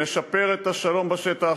נשפר את השלום בשטח,